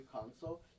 console